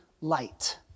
light